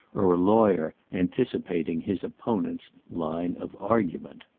or a lawyer anticipating his opponent's line of argument.